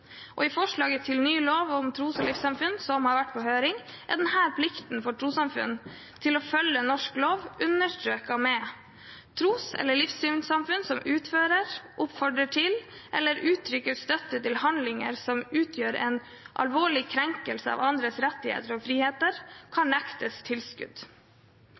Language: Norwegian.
I forslaget til ny lov om tros- og livssynssamfunn som har vært på høring, er denne plikten for trossamfunn til å følge norsk lov understreket med at tros- eller livssynssamfunn som utfører, oppfordrer til eller uttrykker støtte til handlinger som utgjør en alvorlig krenkelse av andres rettigheter og friheter, kan nektes tilskudd.